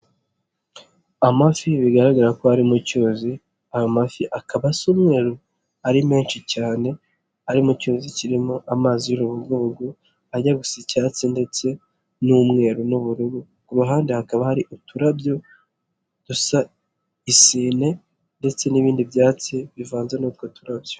Amafi bigaragara ko ari mu cyuzi, ayo mafi akaba asa umweru ari menshi cyane ari mu cyuzi kirimo amazi y'urubogobogo ajya gusa icyatsi ndetse n'umweru n'ubururu ku ruhande hakaba hari uturabyo dusa isine ndetse n'ibindi byatsi bivanze n'utwo turabyo.